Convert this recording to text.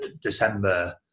December